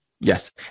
Yes